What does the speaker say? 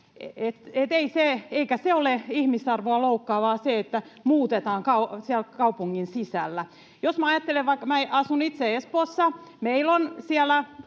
Eikä se ole ihmisarvoa loukkaavaa, että muutetaan siellä kaupungin sisällä. Asun itse Espoossa. Meillä on siellä